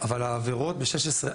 אבל העבירות בסעיף 16(א)(1)